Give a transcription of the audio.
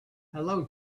hello